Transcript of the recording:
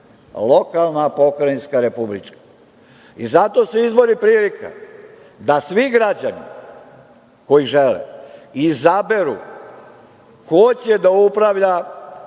lokalna, pokrajinska, republička. Zato su izbori prilika da svi građani koji žele izaberu ko će da upravlja